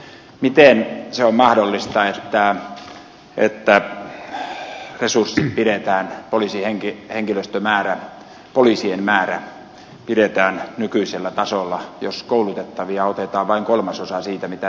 miten on mahdollista että resurssit poliisien määrä pidetään nykyisellä tasolla jos koulutettavia otetaan vain kolmasosa siitä mitä siirtyy eläkkeelle